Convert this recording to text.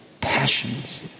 passions